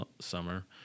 summer